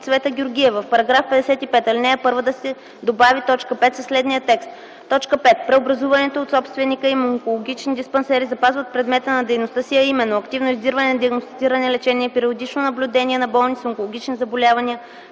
Цвета Георгиева – в § 55, ал. 1 да се добави т. 5 със следния текст: „5. Преобразуваните от собственика им онкологични диспансери запазват предмета на дейността си, а именно активно издирване, диагностициране, лечение и периодично наблюдение на болни с онкологични заболявания,